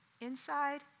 inside